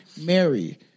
Mary